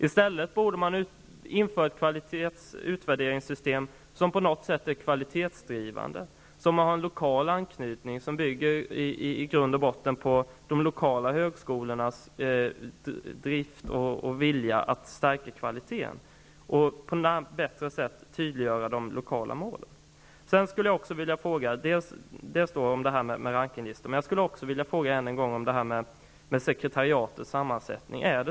I stället borde man införa ett utvärderingssystem som på något sätt är kvalitetsdrivande, som har en lokal anknytning, som i grunden bygger på de lokala högskolornas drift och vilja att stärka kvaliteten och på ett bättre sätt tydliggöra de lokala målen. Jag skulle också ännu en gång vilja fråga om sekretariatets sammansättning.